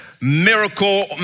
Miracle